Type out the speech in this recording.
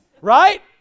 Right